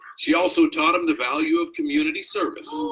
she also taught him the value of community service,